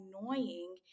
annoying